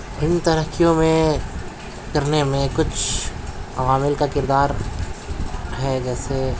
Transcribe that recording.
ان ترقیوں میں کرنے میں کچھ عوامل کا کردار ہے جیسے